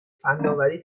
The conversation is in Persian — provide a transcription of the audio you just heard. فنآوری